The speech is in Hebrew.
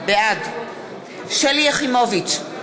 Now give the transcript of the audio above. בעד שלי יחימוביץ,